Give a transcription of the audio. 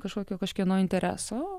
kažkokio kažkieno interesų